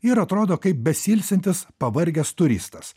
ir atrodo kaip besiilsintis pavargęs turistas